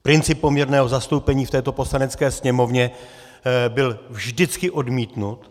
Princip poměrného zastoupení v této Poslanecké sněmovně byl vždycky odmítnut.